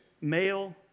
male